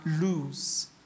lose